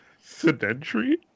Sedentary